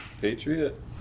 Patriot